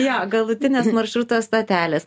jo galutinės maršruto stotelės